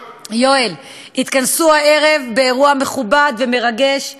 יואל, יתכנסו הערב באירוע מכובד ומרגש ב"הבימה".